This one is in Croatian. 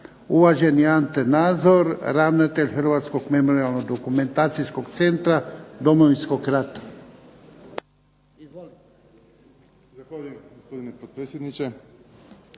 uvaženi Ante Nazor, ravnatelj Hrvatskog memorijalno-dokumentacijskog centra Domovinskog rata.